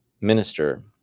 minister